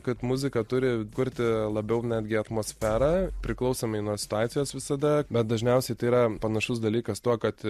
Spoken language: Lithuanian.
kad muzika turi kurti labiau netgi atmosferą priklausomai nuo situacijos visada bet dažniausiai tai yra panašus dalykas tuo kad